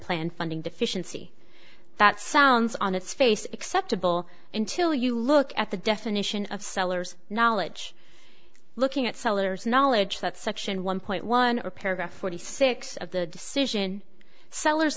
planned funding deficiency that sounds on its face acceptable until you look at the definition of seller's knowledge looking at seller's knowledge that section one point one or paragraph forty six of the decision seller